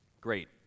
Great